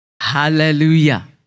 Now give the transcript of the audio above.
Hallelujah